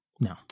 No